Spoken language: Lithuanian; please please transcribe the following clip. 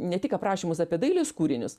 ne tik aprašymus apie dailės kūrinius